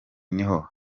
niho